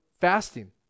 fasting